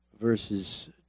verses